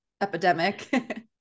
epidemic